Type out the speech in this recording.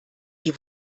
die